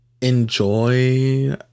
Enjoy